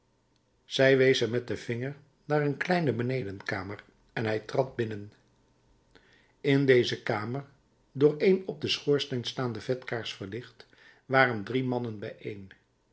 zij wees hem met den vinger naar een kleine benedenkamer en hij trad binnen in deze kamer door een op den schoorsteen staande vetkaars verlicht waren drie mannen bijeen